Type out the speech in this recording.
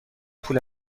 پول